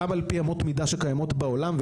גם על פי אמות מידה שקיימות בעולם.